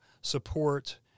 support